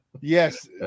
Yes